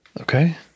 okay